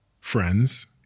friends